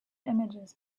images